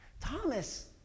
Thomas